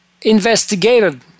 investigated